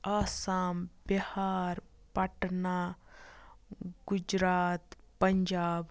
Assam Bihar Patna Gujarat Punjab